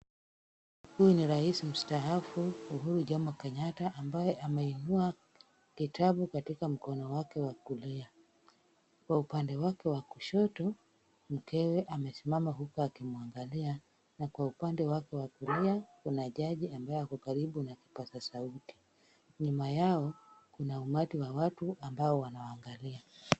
Huyu ni rais mstaafu Uhuru Jomo Kenyatta, ambaye ameinua kitabu katika mkono wake wa kulia. Kwa upande wake wa kushoto, mkewe amesimama huku akimwangalia na kwa upande wake wa kulia, kuna judge ambaye ako karibu na kipaza sauti. Nyuma yao kuna umati wa watu ambao wanawaangalia.